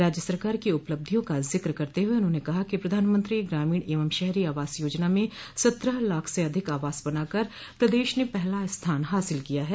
राज्य सरकार की उपलब्धियों का जिक करते हुए उन्होंने कहा कि प्रधानमंत्री ग्रामीण एवं शहरी आवास योजना में सत्रह लाख से अधिक आवास बनाकर प्रदेश ने पहला स्थान हासिल किया है